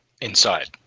Inside